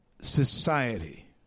society